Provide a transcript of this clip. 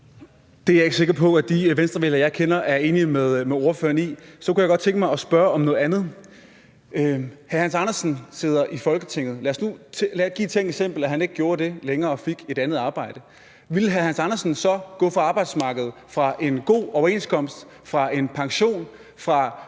Det er jeg ikke sikker på at de Venstrevælgere jeg kender er enige med ordføreren i. Så kunne jeg godt tænke mig at spørge om noget andet. Hr. Hans Andersen sidder i Folketinget, men lad os nu tage som tænkt eksempel, at han ikke gjorde det længere, og at han fik et andet arbejde. Ville hr. Hans Andersen så gå fra arbejdsmarkedet – fra en god overenskomst, fra en pension, fra